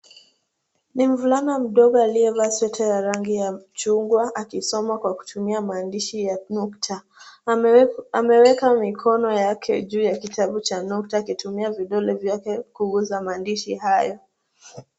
Ni mvulana mdogo aliyevaa sweta ya rangi ya chungwa, akisoma kwa kutumia maandishi ya nukta. Ameweka mikono yake juu ya kitabu cha nukta akitumia vidole vyake kuguza maandishi hayo.